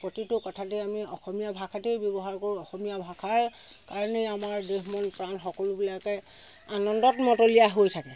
প্ৰতিটো কথাতে আমি অসমীয়া ভাষাতেই ব্যৱহাৰ কৰোঁ অসমীয়া ভাষাৰ কাৰণে আমাৰ দেহ মন প্ৰাণ সকলোবিলাকে আনন্দত মতলীয়া হৈ থাকে